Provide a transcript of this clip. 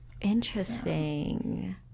Interesting